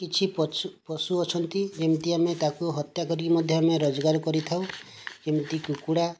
କିଛି ପଛୁ ପଶୁ ଅଛନ୍ତି ଯେମତି ଆମେ ତାକୁ ହତ୍ୟା କରି ମଧ୍ୟ ଆମେ ରୋଜଗାର କରିଥାଉ ଯେମିତି କୁକୁଡ଼ା